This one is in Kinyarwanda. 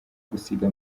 gusiga